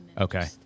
Okay